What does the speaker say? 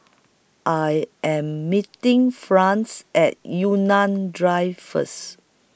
I Am meeting France At Yunnan Drive First